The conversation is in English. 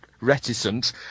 reticent